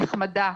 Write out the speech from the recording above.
נחמדה,